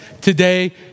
today